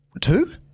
Two